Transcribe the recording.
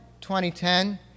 2010